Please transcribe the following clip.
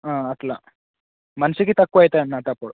అట్లా మనిషికి తక్కువ అయితాయి అన్నట్టు అప్పుడు